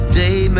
day